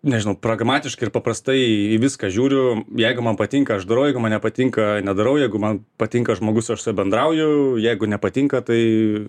nežinau pragmatiškai ir paprastai į viską žiūriu jeigu man patinka aš darau jeigu man nepatinka nedarau jeigu man patinka žmogus aš su juo bendrauju jeigu nepatinka tai